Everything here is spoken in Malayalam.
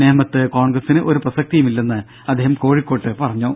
നേമത്ത് കോൺഗ്രസിന് ഒരു പ്രസക്തിയും ഇല്ലെന്നും അദ്ദേഹം കോഴിക്കോട്ട് പറഞ്ഞു